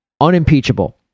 unimpeachable